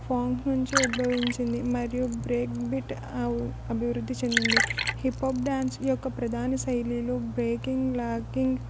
ఫాంక్ నుంచి ఉద్భవించింది మరియు బ్రేక్ బీట్ అభివృద్ధి చెందింది హిప్ హప్ డ్యాన్స్ యొక్క ప్రధాన శైలిలు బ్రేకింగ్ లాకింగ్